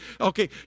Okay